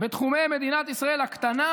בתחומי מדינת ישראל הקטנה,